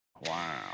Wow